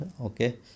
okay